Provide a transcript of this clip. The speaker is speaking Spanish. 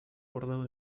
bordado